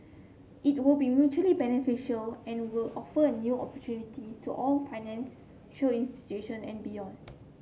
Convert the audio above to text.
it will be mutually beneficial and will offer new opportunities to our financial institutions and beyond